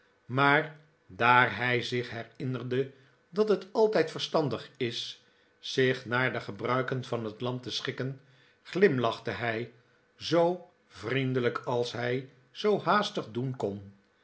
maar daar hij zich herinnerde dat het altijd verstandig is zich naar de gebruiken van het land te schikken glimlachte hij zoo vriendelijk als hij zoo haastig doen kon